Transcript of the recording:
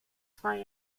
zwei